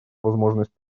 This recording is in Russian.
возможность